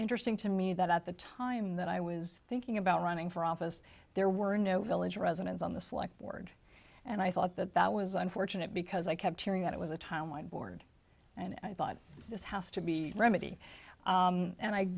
interesting to me that at the time that i was thinking about running for office there were no village residents on the select board and i thought that that was unfortunate because i kept hearing that it was a time when board and i thought this has to be remedy and i